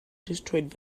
destroyed